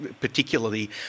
particularly